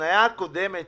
ההתניה הקודמת